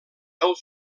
del